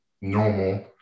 normal